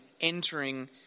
entering